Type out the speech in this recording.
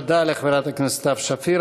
תודה לחברת הכנסת סתיו שפיר.